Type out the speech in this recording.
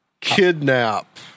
kidnap